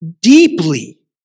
deeply